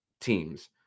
teams